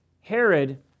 Herod